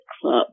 club